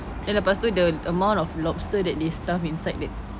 then lepas tu the amount of lobster that they stuffed inside that